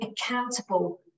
accountable